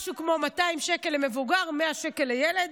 משהו כמו 200 שקל למבוגר, 100 שקל לילד.